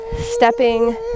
stepping